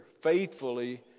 faithfully